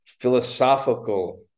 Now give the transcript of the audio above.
philosophical